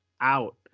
out